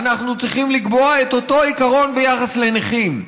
אנחנו צריכים לקבוע את אותו עיקרון ביחס לנכים.